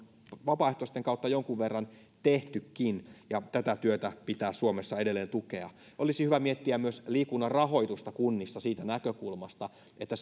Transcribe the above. vapaaehtoisten kautta jonkun verran tehtykin ja tätä työtä pitää suomessa edelleen tukea olisi hyvä miettiä myös liikunnan rahoitusta kunnissa siitä näkökulmasta että